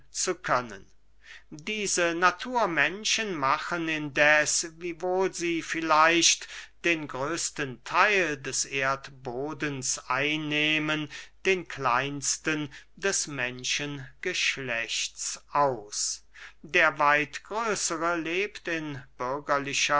zu können christoph martin wieland diese naturmenschen machen indeß wiewohl sie vielleicht den größten theil des erdbodens einnehmen den kleinsten des menschengeschlechts aus der weit größere lebt in